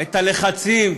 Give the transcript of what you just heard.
את הלחצים,